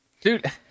Dude